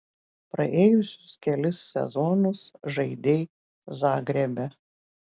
praėjusius kelis sezonus žaidei zagrebe